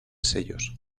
sellos